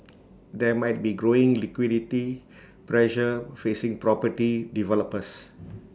there might be growing liquidity pressure facing property developers